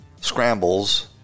scrambles